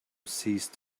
ceased